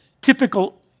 typical